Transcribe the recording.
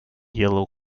yellow